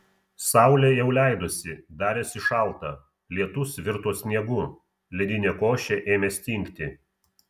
saulė jau leidosi darėsi šalta lietus virto sniegu ledinė košė ėmė stingti